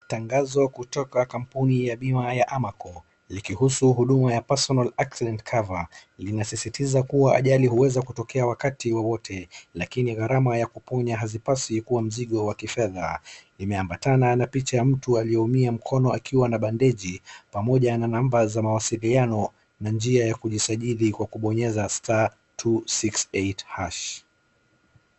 Tangazo kutoka kampuni ya bima ya Amaco likihusu huduma ya Personal Accident Cover, linasisitiza kuwa ajali huweza kutokea wakati wowote, lakini gharama ya kuponya haipasi kuwa mzigo wa kifedha. Imeambatana na picha ya mtu aliyeumia mkono akiwa na bandeji pamoja na namba za mawasiliano na njia ya kujisajili kwa kubonyeza *268#.